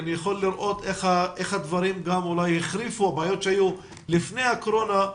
אני יכול לראות איך הבעיות שהיו לפני הקורונה החריפו.